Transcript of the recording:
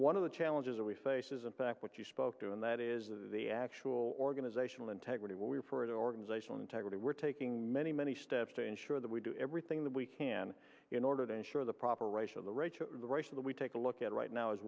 one of the challenges that we face is in fact what you spoke to and that is the actual organizational integrity what we're for the organizational integrity we're taking many many steps to ensure that we do everything that we can in order to ensure the proper ratio the right direction that we take a look at right now is